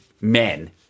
men